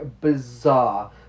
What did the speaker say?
bizarre